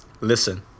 Listen